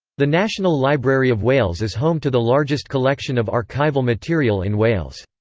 the national library of wales is home to the largest collection of archival material in wales.